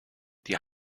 die